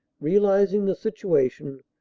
realising the situation,